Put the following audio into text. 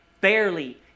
barely